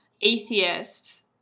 atheists